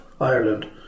Ireland